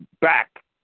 back